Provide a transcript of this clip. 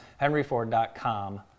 henryford.com